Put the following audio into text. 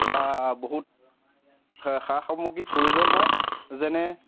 বা বহুত সা সামগ্ৰী প্ৰয়োজন হয় যেনে